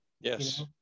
Yes